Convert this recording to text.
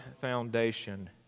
foundation